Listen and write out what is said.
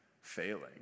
failing